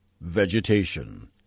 Vegetation